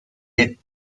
hit